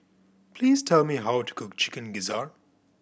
please tell me how to cook Chicken Gizzard